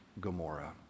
Gomorrah